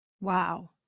Wow